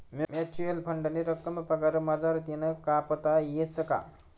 Mutual फंडनी रक्कम पगार मझारतीन कापता येस का?